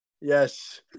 Yes